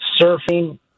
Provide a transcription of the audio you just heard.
surfing